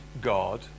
God